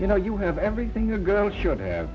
you know you have everything a girl should have